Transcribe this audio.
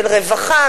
של רווחה.